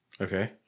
Okay